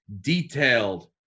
detailed